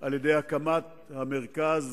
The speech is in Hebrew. על-ידי הקמת המרכז